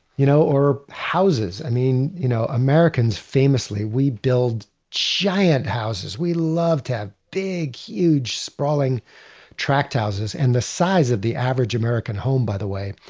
you know or houses, i mean you know americans famously, we build giant houses. we love to have big huge sprawling tract houses. and the size of the average american home, by the way,